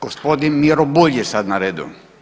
Gospodin Miro Bulj je sad na redu.